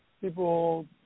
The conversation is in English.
people